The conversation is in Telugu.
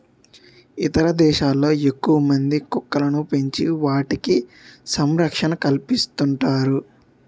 ఇతర దేశాల్లో ఎక్కువమంది కుక్కలను పెంచి వాటికి సంరక్షణ కల్పిస్తుంటారు